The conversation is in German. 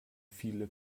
viele